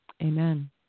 Amen